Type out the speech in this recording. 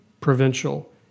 provincial